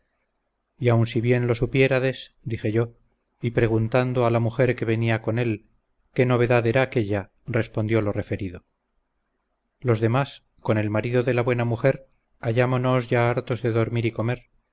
y aun si bien lo supiérades dije yo y preguntando a la mujer que venía con él qué novedad era aquella respondió lo referido los demás con el marido de la buena mujer hallámonos ya hartos de dormir y comer